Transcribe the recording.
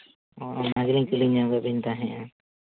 ᱚ ᱚᱱᱟ ᱜᱮᱞᱤᱧ ᱠᱩᱞᱤ ᱧᱚᱜᱚᱜ ᱵᱮᱱ ᱛᱮᱦᱮᱱᱟ